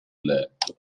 letto